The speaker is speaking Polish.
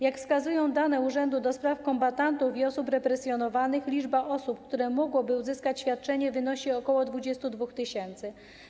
Jak wskazują dane Urzędu do Spraw Kombatantów i Osób Represjonowanych, liczba osób, które mogłyby uzyskać świadczenie, wynosi ok. 22 tys.